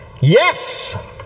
Yes